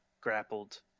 grappled